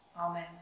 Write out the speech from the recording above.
Amen